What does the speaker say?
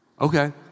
okay